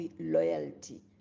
loyalty